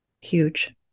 huge